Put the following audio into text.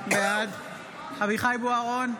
בעד אביחי אברהם בוארון,